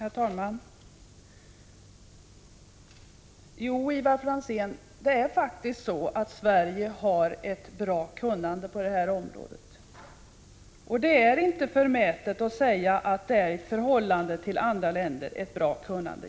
Herr talman! Jo, Ivar Franzén, det är faktiskt så att vi i Sverige har ett bra kunnande på det här området. Det är inte förmätet att säga att det är ett i förhållande till andra länder bra kunnande.